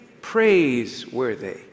praiseworthy